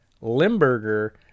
Limburger